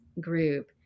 group